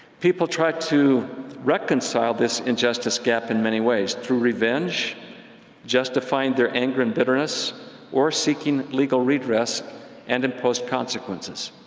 people try to reconcile this injustice gap in many ways through revenge justifying their anger and bitterness or seeking legal redress and imposed consequences.